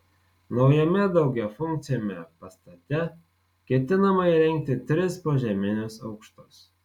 naujame daugiafunkciame pastate ketinama įrengti tris požeminius aukštus